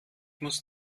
muss